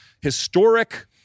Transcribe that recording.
historic